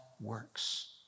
works